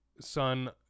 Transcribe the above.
son